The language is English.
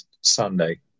Sunday